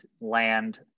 land